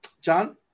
John